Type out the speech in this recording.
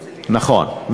והרצלייה, נכון.